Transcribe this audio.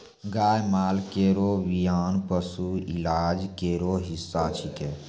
गाय माल केरो बियान पशु इलाज केरो हिस्सा छिकै